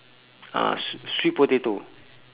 uh swee~ sweet potato